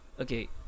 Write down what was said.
okay